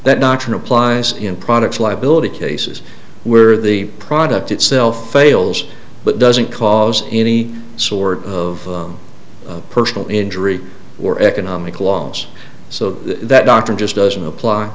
that doctrine applies in products liability cases where the product itself fails but doesn't cause any sort of personal injury or economic laws so that doctor just doesn't apply